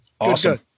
Awesome